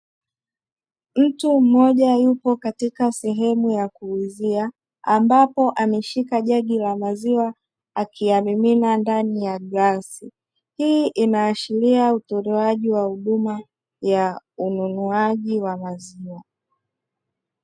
Mtu mmoja yupo katika sehemu ya kuuzia ambapo ameshika jagi la maziwa akiyamimina ndani ya glasi, hii inaashiria utolewaji wa huduma ya ununuaji wa maziwa.